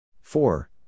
four